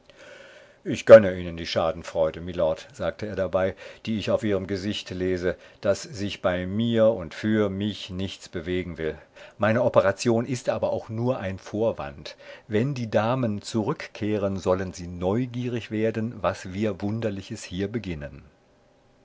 ich gönne ihnen die schadenfreude mylord sagte er dabei die ich auf ihrem gesichte lese daß sich bei mir und für mich nichts bewegen will meine operation ist aber auch nur ein vorwand wenn die damen zurückkehren sollen sie neugierig werden was wir wunderliches hier beginnen